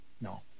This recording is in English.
No